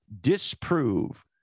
disprove